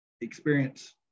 experience